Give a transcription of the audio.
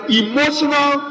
emotional